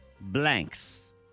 blanks